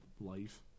life